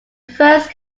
first